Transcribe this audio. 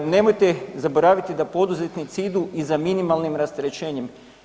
Nemojte zaboraviti da poduzetnici idu i za minimalnim rasterećenjem.